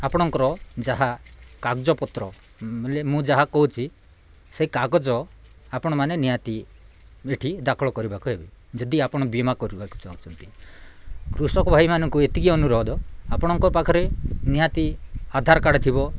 ଆପଣଙ୍କର ଯାହା କାଗଜପତ୍ର ମୁଁ ଯାହା କହୁଛି ସେ କାଗଜ ଆପଣମାନେ ନିହାତି ଏଇଠି ଦାଖଲ କରିବାକୁ ହେବେ ଯଦି ଆପଣ ବୀମା କରିବାକୁ ଚାହୁଁଛନ୍ତି କୃଷକ ଭାଇମାନଙ୍କୁ ଏତିକି ଅନୁରୋଧ ଆପଣଙ୍କ ପାଖରେ ନିହାତି ଆଧାର୍ କାର୍ଡ଼୍ ଥିବ